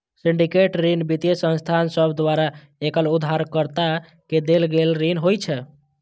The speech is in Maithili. सिंडिकेट ऋण वित्तीय संस्थान सभ द्वारा एकल उधारकर्ता के देल गेल ऋण होइ छै